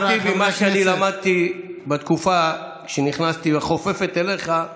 מה שאני למדתי בתקופה שנכנסתי והחופפת אליך,